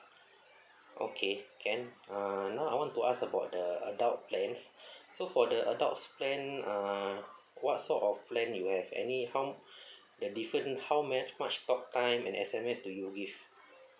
okay can uh now I want to ask about the adult plans so for the adult's plan uh what sort of plan you have any how the different how ma~ much talk time and S_M_S do you give